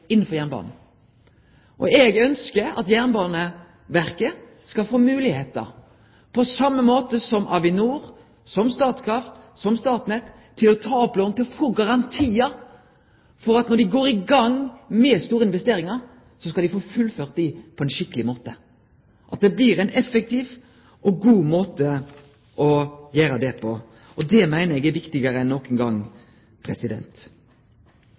innanfor jernbanen. Eg ønskjer at Jernbaneverket skal få moglegheiter – på same måte som Avinor, som Statkraft, som Statnett – til å ta opp lån, til å få garantiar for at når dei går i gang med store investeringar, skal dei få fullført dei på ein skikkeleg måte, at det blir ein effektiv og god måte å gjere det på. Det meiner eg er viktigare enn nokon gong.